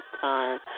Time